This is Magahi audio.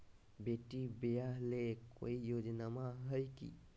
बेटी ब्याह ले कोई योजनमा हय की?